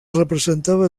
representava